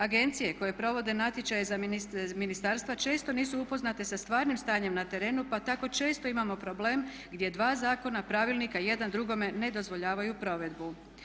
Agencije koje provode natječaje za ministarstva često nisu upoznate sa stvarnim stanjem na terenu, pa tako često imamo problem gdje dva zakona, pravilnika jedan drugome ne dozvoljavaju provedbu.